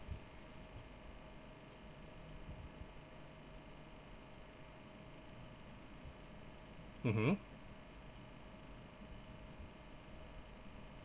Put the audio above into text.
mmhmm